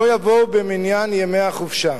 לא יבואו במניין ימי החופשה.